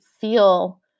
feel